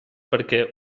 perquè